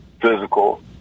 physical